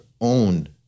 own